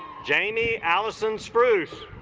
jamie alison spruce